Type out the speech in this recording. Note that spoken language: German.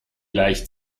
gleich